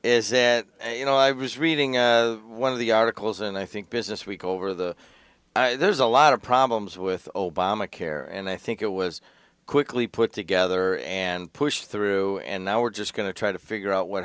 is that you know i was reading one of the articles and i think business week over the there's a lot of problems with obamacare and i think it was quickly put together and pushed through and now we're just going to try to figure out what